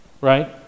Right